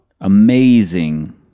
Amazing